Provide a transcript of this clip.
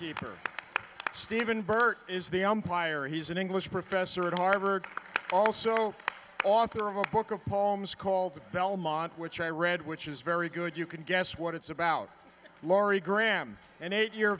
keeper steven burt is the umpire he's an english professor at harvard also author of a book of poems called belmont which i read which is very good you can guess what it's about laurie graham an eight year